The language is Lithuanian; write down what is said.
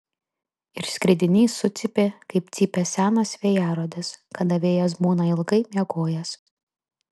ir skridinys sucypė kaip cypia senas vėjarodis kada vėjas būna ilgai miegojęs